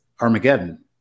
Armageddon